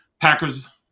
Packers